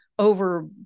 over